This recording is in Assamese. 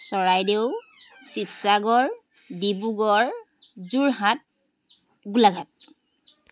চৰাইদেউ শিৱসাগৰ ডিব্ৰুগড় যোৰহাট গোলাঘাট